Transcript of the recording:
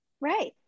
Right